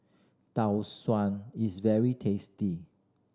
Tau Suan is very tasty